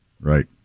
Right